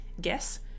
guess